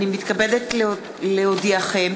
אני מתכבדת להודיעכם,